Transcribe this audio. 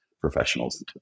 professionals